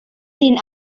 den